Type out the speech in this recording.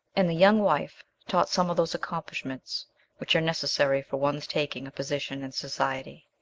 and the young wife taught some of those accomplishments which are necessary for one's taking a position in society.